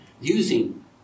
using